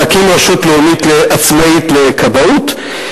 להקים רשות לאומית עצמאית לכבאות,